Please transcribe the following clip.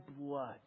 blood